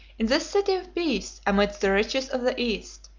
in this city of peace, amidst the riches of the east,